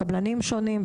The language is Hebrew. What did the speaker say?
קבלנים שונים,